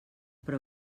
però